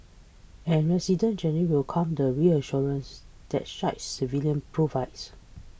and residents generally welcome the reassurance that shy surveillance provides